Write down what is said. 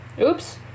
Oops